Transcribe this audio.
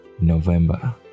November